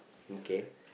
okay